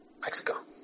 Mexico